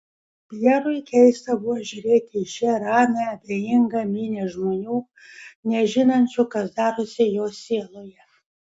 pjerui keista buvo žiūrėti į šią ramią abejingą minią žmonių nežinančių kas darosi jo sieloje